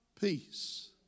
peace